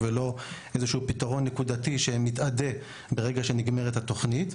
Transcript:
ולא פתרונות נקודתיים שמתאדים ברגע שנגמרת התוכנית.